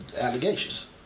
allegations